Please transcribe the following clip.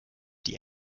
die